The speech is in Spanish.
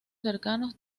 cercanos